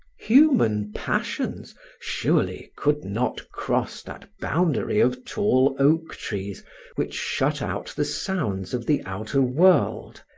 human passions surely could not cross that boundary of tall oak-trees which shut out the sounds of the outer world,